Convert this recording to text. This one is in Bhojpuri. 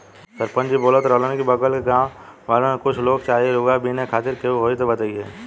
सरपंच जी बोलत रहलन की बगल के गाँव वालन के कुछ लोग चाही रुआ बिने खातिर केहू होइ त बतईह